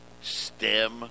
stem